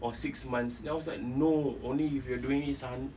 or six months then I was like no only if you are doing this ah